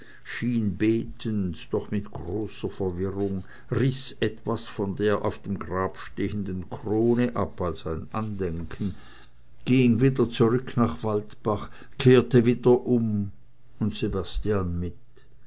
schien betend doch mit großer verwirrung riß etwas von der auf dem grab stehenden krone ab als ein andenken ging wieder zurück nach waldbach kehrte wieder um und sebastian mit